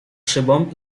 szybą